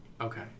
Okay